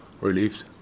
Relieved